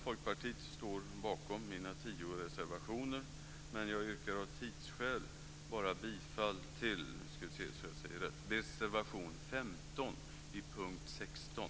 Folkpartiet står bakom mina 10 reservationer, men jag yrkar av tidsskäl bara bifall till reservation 15 under punkt 16.